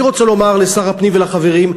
אני רוצה לומר לשר הפנים ולחברים,